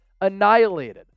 annihilated